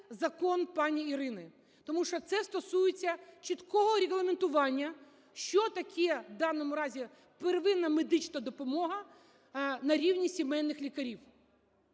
закон пані Ірини. Тому що це стосується чіткого регламентування, що таке в даному разі первинна медична допомога на рівні сімейних лікарів.